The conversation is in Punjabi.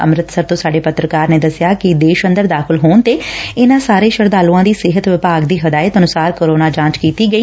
ਅੰਮਿਤਸਰ ਤੋਂ ਸਾਡੇ ਪੱਤਰਕਾਰ ਨੇ ਦਸਿਐ ਕਿ ਦੇਸ਼ ਅੰਦਰ ਦਾਖ਼ਲ ਹੋਣ ਤੇ ਇਨਾਂ ਸਾਰੇ ਸ਼ਰਧਾਲੁਆਂ ਦੀ ਸਿਹਤ ਵਿਭਾਗ ਦੀ ਹਿਦਾਇਤ ਅਨੁਸਾਰ ਕੋਰੋਨਾ ਜਾਂਚ ਕੀਤੀ ਗਈ